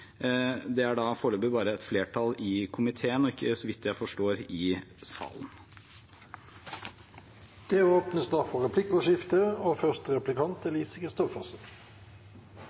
Det har foreløpig bare flertall i komiteen og ikke i salen, så vidt jeg forstår. Det blir replikkordskifte. Innstillinga i saken er at regjeringa presenterer en sak for